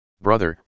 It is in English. Brother